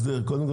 בואו נעשה הסדר,